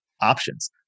options